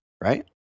Right